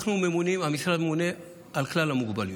המשרד ממונה על כלל המוגבלויות.